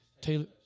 Taylor